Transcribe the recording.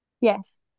yes